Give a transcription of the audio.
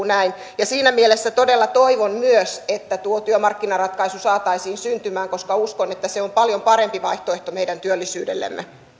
näin siinä mielessä todella toivon myös että tuo työmarkkinaratkaisu saataisiin syntymään koska uskon että se on paljon parempi vaihtoehto meidän työllisyydellemme